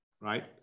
right